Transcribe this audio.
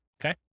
Okay